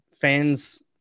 fans